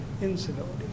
incivility